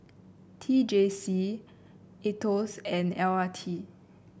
T J C Aetos and L R T